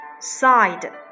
side